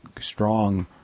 strong